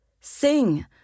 Sing